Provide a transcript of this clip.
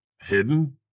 hidden